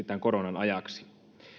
tämän koronan ajaksi